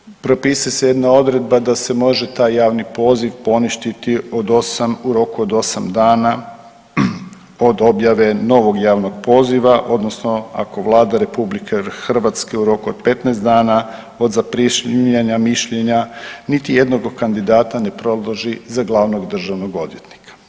Isto tako, propisuje se jedna odredba da se može taj javni poziv poništiti od 8, u roku od 8 dana od objave novog javnog poziva odnosno ako Vlada RH u roku od 15 dana od zaprimanja mišljenja niti jednog od kandidata ne predloži za glavnog državnog odvjetnika.